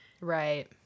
Right